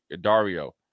Dario